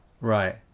Right